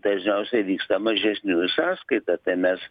dažniausiai vyksta mažesnių sąskaita tai mes